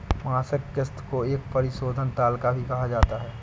मासिक किस्त को एक परिशोधन तालिका भी कहा जाता है